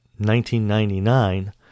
1999